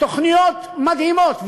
התוכניות מדהימות,